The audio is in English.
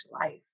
life